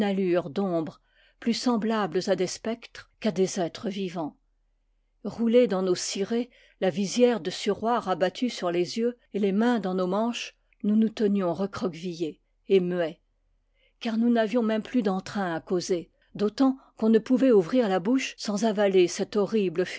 d'ombres plus sem blables à des spectres qu'à des êtres vivants roulés dans nos cirés la visière du suroît rabattue sur les yeux et les mains dans nos manches nous nous tenions recroquevillés et muets car nous n'avions même plus d'entrain à causer d'autant qu'on ne pouvait ouvrir la bouche sans avaler cette horrible